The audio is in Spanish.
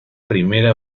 primera